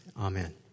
Amen